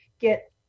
get